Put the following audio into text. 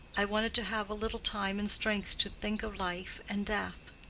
i wanted to have a little time and strength to think of life and death.